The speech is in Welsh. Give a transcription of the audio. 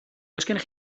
gennych